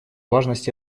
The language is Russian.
важность